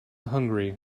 hungry